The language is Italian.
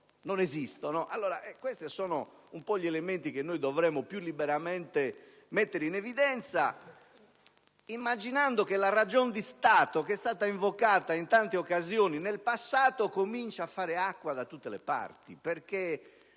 non esistono. Sono questi gli elementi che dovremmo più liberamente mettere in evidenza, immaginando che la ragion di Stato, che nel passato è stata invocata in tante occasioni, comincia a fare acqua da tutte le parti.